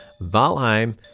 Valheim